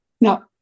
Now